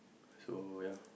so ya